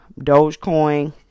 dogecoin